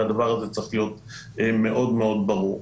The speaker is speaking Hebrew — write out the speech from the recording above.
והדבר הזה צריך להיות מאוד מאוד ברור.